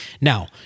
Now